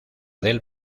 del